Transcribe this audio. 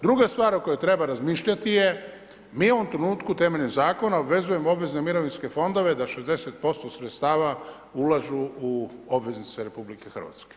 Druga stvar o kojoj treba razmišljati je, mi u ovom trenutku temeljem Zakona obvezujemo obvezne mirovinske fondove da 60% sredstava ulažu u obveznice RH.